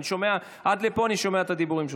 אני שומע, עד לפה אני שומע את הדיבורים שלך.